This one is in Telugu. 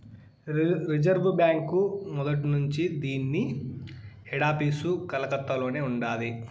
రిజర్వు బాంకీ మొదట్నుంచీ దీన్ని హెడాపీసు కలకత్తలోనే ఉండాది